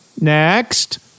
next